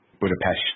Budapest